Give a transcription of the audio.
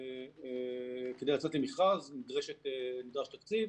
וכדי לצאת למכרז נדרש תקציב,